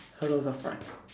hello the front